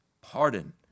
pardon